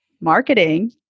marketing